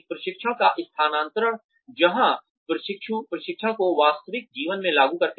प्रशिक्षण का स्थानांतरण जहां प्रशिक्षु प्रशिक्षण को वास्तविक जीवन में लागू करते हैं